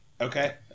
Okay